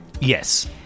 Yes